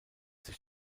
sich